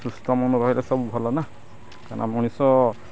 ସୁସ୍ଥ ମନ ରହିଲେ ସବୁ ଭଲ ନା କାରଣ ମଣିଷ